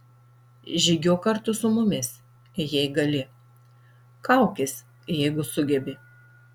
žygiuok kartu su mumis jei gali kaukis jeigu sugebi